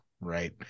right